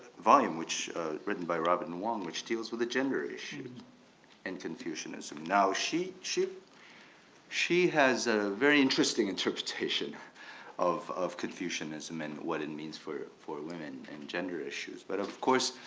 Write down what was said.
volume which written by robin wong which deals with a gender issue and confucianism. now she she has a very interesting interpretation of of confucianism and what it means for for women and gender issues. but of course,